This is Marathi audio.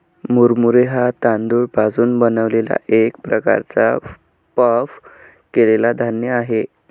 मुरमुरे हा तांदूळ पासून बनलेला एक प्रकारचा पफ केलेला धान्य आहे